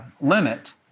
limit